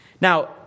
Now